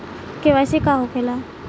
KYC का होखेला?